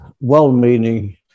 well-meaning